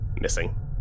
missing